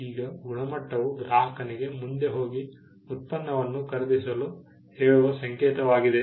ಈಗ ಗುಣಮಟ್ಟವು ಗ್ರಾಹಕನಿಗೆ ಮುಂದೆ ಹೋಗಿ ಉತ್ಪನ್ನವನ್ನು ಖರೀದಿಸಲು ಹೇಳುವ ಸಂಕೇತವಾಗಿದೆ